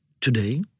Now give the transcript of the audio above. today